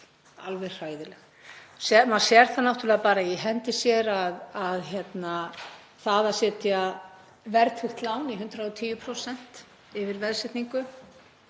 alveg hræðileg. Maður sér það náttúrlega í hendi sér að það að setja verðtryggt lán í 110% yfir veðsetningu